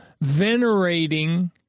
venerating